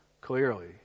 clearly